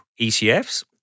ETFs